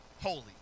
holy